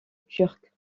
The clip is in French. turc